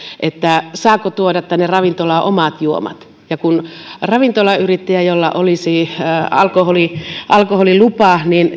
saako tuoda tänne ravintolaan omat juomat kun ravintolayrittäjä jolla olisi alkoholilupa